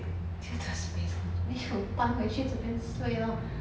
due to space con~ then you 搬回去这边睡 lor